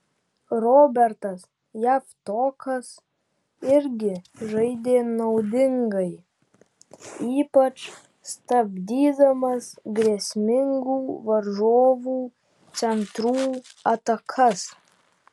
robertas javtokas irgi žaidė naudingai ypač stabdydamas grėsmingų varžovų centrų atakas